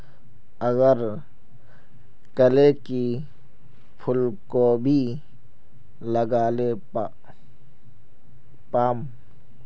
गरम कले की फूलकोबी लगाले पाम?